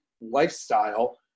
lifestyle